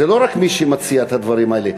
זה לא רק מי שמציע את הדברים האלה,